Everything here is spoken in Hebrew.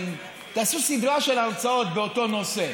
תעשו סדרת הרצאות באותו נושא.